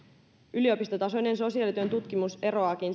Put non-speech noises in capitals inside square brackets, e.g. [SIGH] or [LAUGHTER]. yliopistotasoinen sosiaalityön tutkimus eroaakin [UNINTELLIGIBLE]